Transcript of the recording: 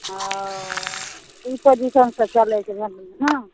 ओ ई पोजिशनसे चलै छै ने